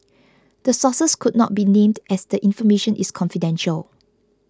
the sources could not be named as the information is confidential